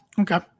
Okay